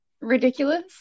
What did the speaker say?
ridiculous